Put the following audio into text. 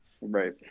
Right